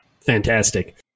Fantastic